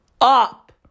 up